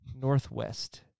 Northwest